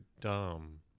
dumb